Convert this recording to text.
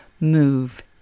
move